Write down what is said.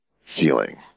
feeling